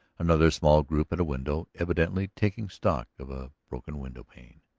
another small group at a window, evidently taking stock of a broken window-pane.